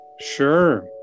Sure